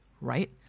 right